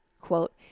quote